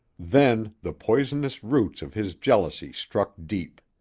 then the poisonous roots of his jealousy struck deep.